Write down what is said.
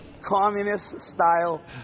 Communist-style